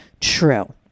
true